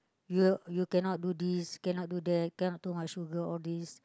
you you cannot do this cannot do that cannot too much sugar all this